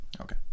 Okay